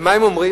ומה הם אומרים?